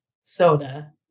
soda